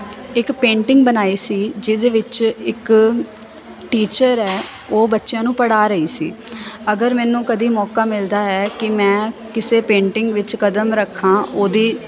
ਇੱਕ ਪੇਂਟਿੰਗ ਬਣਾਈ ਸੀ ਜਿਹਦੇ ਵਿੱਚ ਇੱਕ ਟੀਚਰ ਹੈ ਉਹ ਬੱਚਿਆਂ ਨੂੰ ਪੜ੍ਹਾ ਰਹੀ ਸੀ ਅਗਰ ਮੈਨੂੰ ਕਦੇ ਮੌਕਾ ਮਿਲਦਾ ਹੈ ਕਿ ਮੈਂ ਕਿਸੇ ਪੇਂਟਿੰਗ ਵਿੱਚ ਕਦਮ ਰੱਖਾਂ ਉਹਦੀ